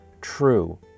true